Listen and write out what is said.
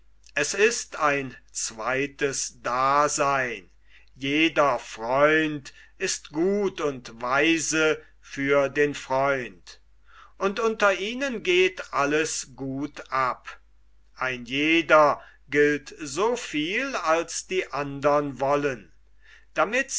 es ist ein zweites daseyn jeder freund ist gut und weise für den freund und unter ihnen geht alles gut ab ein jeder gilt so viel als die andern wollen damit